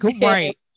Right